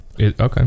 Okay